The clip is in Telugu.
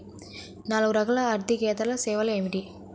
నాలుగు రకాల ఆర్థికేతర సేవలు ఏమిటీ?